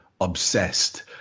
obsessed